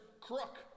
crook